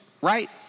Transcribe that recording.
right